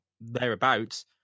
thereabouts